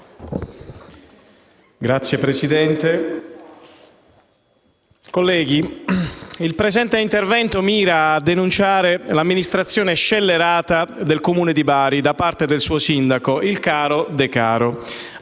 Signora Presidente, colleghi, il presente intervento mira a denunziare l'amministrazione scellerata del Comune di Bari da parte del suo sindaco, il caro Decaro,